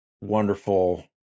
wonderful